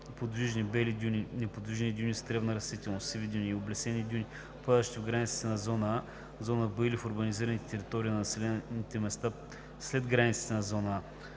подвижни (бели) дюни, неподвижни дюни с тревна растителност (сиви дюни) и облесени дюни, попадащи в границите на зона „А“, зона „Б“ или в урбанизираните територии на населените места след границите на зона